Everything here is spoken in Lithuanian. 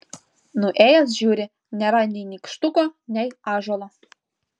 nuėjęs žiūri nėra nei nykštuko nei ąžuolo